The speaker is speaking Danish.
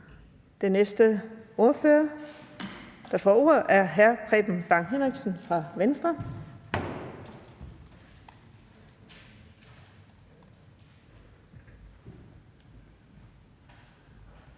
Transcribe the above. Den næste ordfører, der får ordet, er hr. Preben Bang Henriksen fra Venstre.